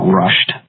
rushed